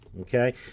Okay